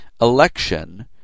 Election